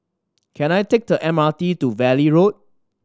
can I take the M R T to Valley Road